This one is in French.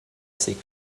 ses